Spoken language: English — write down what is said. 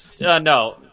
No